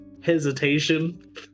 hesitation